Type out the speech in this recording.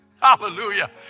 Hallelujah